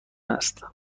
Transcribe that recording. است